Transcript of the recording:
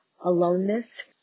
aloneness